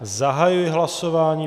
Zahajuji hlasování.